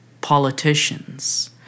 Politicians